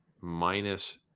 minus